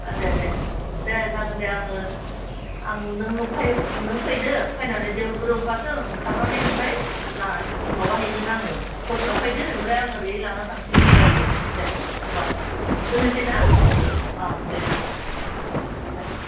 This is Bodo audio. अह दे दे दे जागोन दे आङो आं नों फै नों फैदो फैनानै देवोलगुरियाव ओंखारदो ओंखारनानै ओमफ्राय लानानैखि माबाहैगोन आङो हरसेआव फैदो ओमफ्राय आं ओरै लाना थांसिगोन उदालगुरियाव दे होमबा दोननोसै ना अह दे अह अह अह दे